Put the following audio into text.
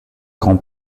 grand